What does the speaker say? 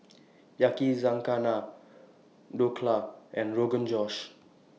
Yakizakana Dhokla and Rogan Josh